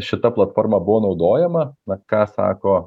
šita platforma buvo naudojama na ką sako